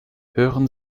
hören